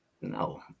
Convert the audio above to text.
no